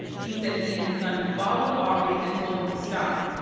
he said he and his son followed arbery and told him to stop.